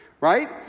right